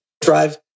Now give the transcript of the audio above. drive